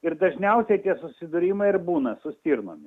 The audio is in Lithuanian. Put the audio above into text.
ir dažniausiai tie susidūrimai ir būna su stirnomis